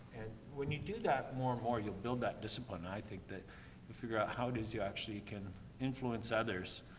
when you do that more and more, you'll build that discipline. i think that you figure out how it is you actually can influence others,